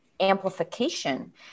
amplification